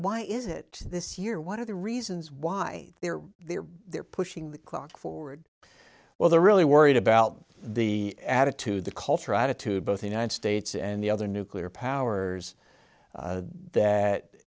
why is it this year one of the reasons why they're there they're pushing the clock forward well they're really worried about the attitude the cultural attitude both the united states and the other nuclear powers that